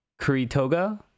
kuritoga